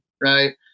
right